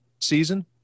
season